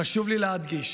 חשוב לי להדגיש: